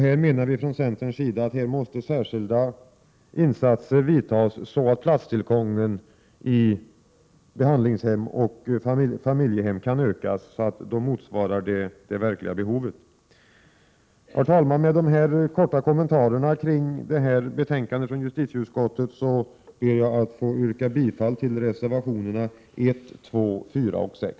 Här menar vi från centern att särskilda insatser måste göras, så att platstillgången kan ökas till att motsvara det verkliga behovet. Med dessa korta kommentarer till betänkandet från justitieutskottet ber jag att få yrka bifall till reservationerna 1, 2, 4 och 6.